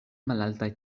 malaltaj